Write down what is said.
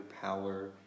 power